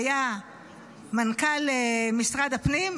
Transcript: שהיה מנכ"ל משרד הפנים,